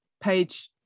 page